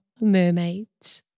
mermaids